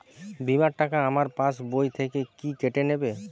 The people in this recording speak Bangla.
বিমার টাকা আমার পাশ বই থেকে কি কেটে নেবে?